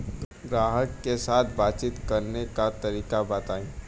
ग्राहक के साथ बातचीत करने का तरीका बताई?